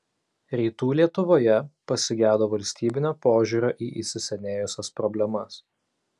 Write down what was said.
rytų lietuvoje pasigedo valstybinio požiūrio į įsisenėjusias problemas